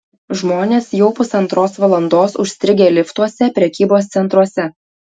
žmonės jau pusantros valandos užstrigę liftuose prekybos centruose